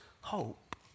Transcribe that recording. hope